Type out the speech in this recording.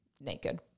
naked